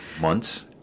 months